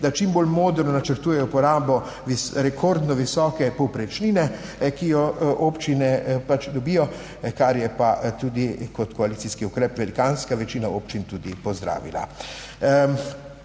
da čim bolj modro načrtujejo porabo rekordno visoke povprečnine, ki jo občine pač dobijo, kar je pa tudi kot koalicijski ukrep velikanska večina občin tudi pozdravila.